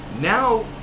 now